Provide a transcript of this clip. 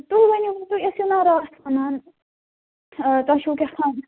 تُہۍ ؤنِو تُہۍ ٲسِونا راتھ وَنان تۄہہِ چھُو کیٛاتام